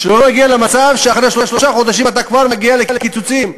שלא נגיע למצב שאחרי שלושה חודשים אתה כבר מגיע לקיצוצים,